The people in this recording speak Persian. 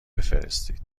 بفرستید